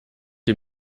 die